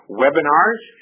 webinars